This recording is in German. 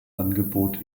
angebot